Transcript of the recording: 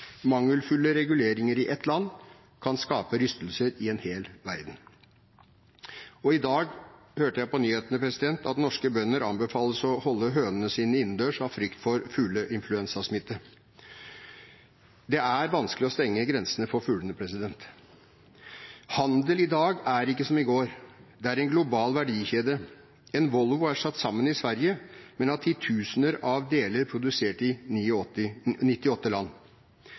Mangelfulle reguleringer i ett land kan skape rystelser i en hel verden. I dag hørte jeg på nyhetene at norske bønder anbefales å holde hønene sine innendørs av frykt for fugleinfluensasmitte. Det er vanskelig å stenge grensene for fuglene. Handel i dag er ikke som i går. Det er en global verdikjede. En Volvo er satt sammen i Sverige, men av titusener av deler produsert i 98 land.